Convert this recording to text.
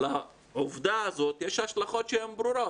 לעובדה הזאת יש השלכות שהן ברורות.